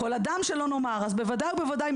שלא נאמר כל אדם, אז בוודאי ובוודאי.